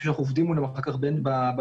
שאנחנו עובדים מולם אחר כך במשרדים,